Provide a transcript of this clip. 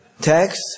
Text